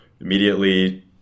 Immediately